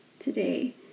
Today